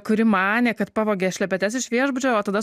kuri manė kad pavogė šlepetes iš viešbučio o tada